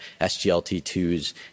SGLT2s